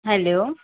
hello